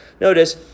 Notice